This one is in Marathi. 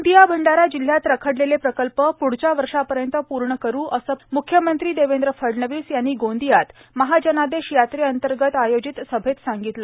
गोंदिया अंडारा जिल्हयात रखडलेले प्रकल्प प्ढच्या वर्षापर्यंत पूर्ण करू असं प्रतिपादन मुख्यमंत्री देवेंद्र फडणवीस यांनी गोंदियात महाजनादेश यात्रेअंतर्गत आयोजित सभेत केलं